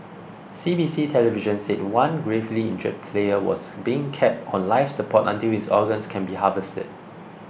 C B C television said one gravely injured player was being kept on life support until his organs can be harvested